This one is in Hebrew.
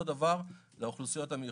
אותו דבר לאוכלוסיות המיוחדות.